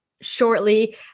Shortly